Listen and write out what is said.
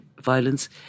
violence